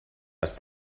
las